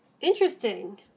interesting